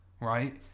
Right